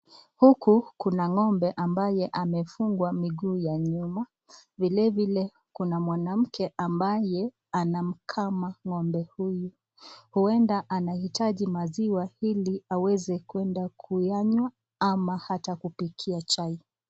Huku kuna ng'ombe ambaye amefungwa miguu ya nyuma. Vile vile kuna mwanamke ambaye anamkama ngombe huyu, huenda anahitaji maziwa ili aweze kuenda kuyanywa ama hata kupikia chai.